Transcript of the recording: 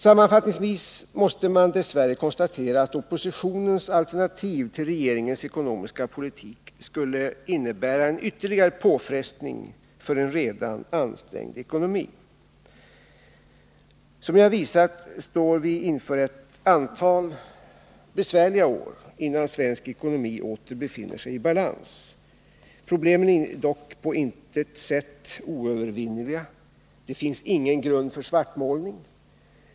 Sammanfattningsvis måste man dess värre konstatera att oppositionens alternativ till regeringens ekonomiska politik skulle innebära en ytterligare påfrestning för en redan ansträngd ekonomi. Som jag visat står vi inför ett antal besvärliga år innan svensk ekonomi åter befinner sig i balans. Problemen är dock på intet sätt oövervinnerliga. Det finns ingen grund för svartmålning.